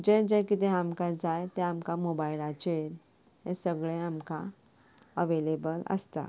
जें जें किदें आमकां जाय तें आमकां मोबायलाचेर हें सगलें आमकां अवेलेबल आसता